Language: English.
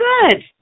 good